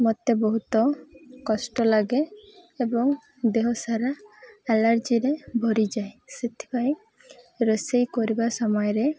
ମୋତେ ବହୁତ କଷ୍ଟ ଲାଗେ ଏବଂ ଦେହସାରା ଆଲାର୍ଜିରେ ଭରିଯାଏ ସେଥିପାଇଁ ରୋଷେଇ କରିବା ସମୟରେ